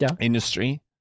industry